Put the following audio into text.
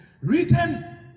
written